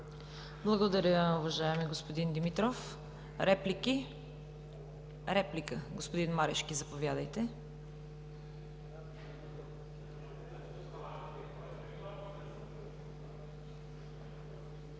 Благодаря, уважаеми господин Димитров. Реплики? Реплика – господин Марешки, заповядайте.